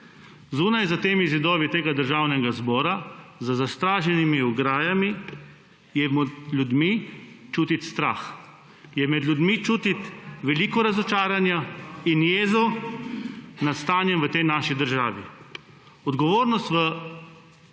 Zunaj, za zidovi Državnega zbora, za zastraženimi ograjami je med ljudmi čutiti strah. Je med ljudmi čutiti veliko razočaranja in jeze nad stanjem v tej naši državi. Odgovornost v